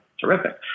terrific